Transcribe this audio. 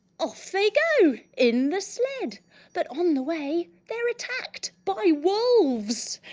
off they go in the sled but on the way their attacked. by wolves!